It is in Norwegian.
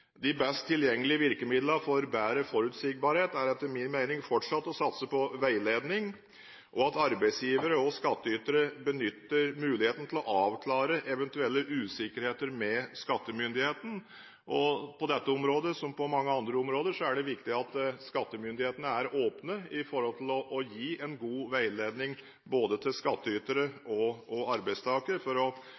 De beste tilgjengelige virkemidlene for bedre forutsigbarhet er etter min mening fortsatt å satse på veiledning, og at arbeidsgivere og skattytere benytter muligheten til å avklare en eventuell usikkerhet med skattemyndighetene på dette området. Som på så mange andre områder er det viktig at skattemyndighetene er åpne når det gjelder å gi en god veiledning både til skattytere og arbeidstakere for å